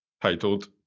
titled